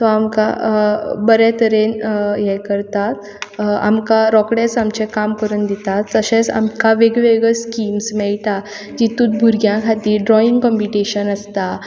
तो आमकां बरे तरेन हें करता आमकां रोकडेंच आमचें काम करून दितात तशेंच आमकां वेगवेगळी स्किम्स मेळटा जितून भुरग्यां खातीर ड्रॉयींग कंम्पिटीशन आसता